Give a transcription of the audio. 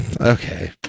Okay